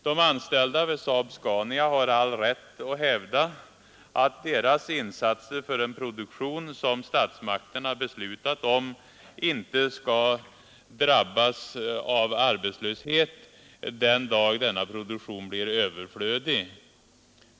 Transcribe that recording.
De anställda vid Saab-Scania har all rätt att hävda att de som gjort insatser för en produktion som statsmakterna beslutat om inte skall drabbas av arbetslöshet den dag denna produktion blir överflödig.